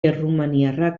errumaniarrak